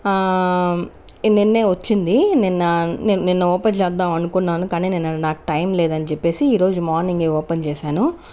నిన్నే వచ్చింది నిన్న నిన్న ఓపెన్ చేద్దామనుకున్నాను కానీ నేను నాకు టైమ్ లేదని చెప్పేసి ఈరోజు మార్నింగ్ ఓపెన్ చేశాను